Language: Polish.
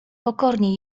pokornie